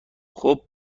خوب